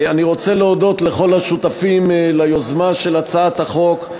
אני רוצה להודות לכל השותפים ליוזמה של הצעת החוק: